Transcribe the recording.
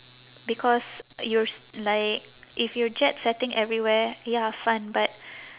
because you're s~ like if you're jet setting everywhere ya fun but